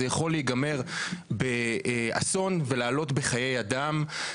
זה יכול להיגמר באסון ולעלות בחיי אדם.